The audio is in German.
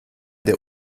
der